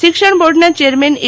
સિક્ષણ board નાં chairman એ